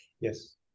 Yes